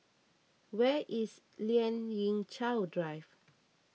where is Lien Ying Chow Drive